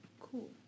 Cool